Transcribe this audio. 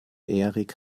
erik